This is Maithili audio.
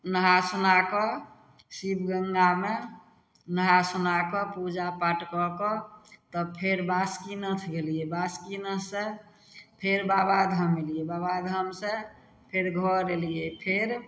नहा सोना कऽ शिवगंगामे नहा सोना कऽ पूजा पाठ कऽ कऽ तब फेर बासुकीनाथ गेलियै बासुकीनाथसँ फेर बाबाधाम अयलियै बाबाधामसँ फेर घर अयलियै फेर